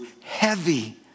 heavy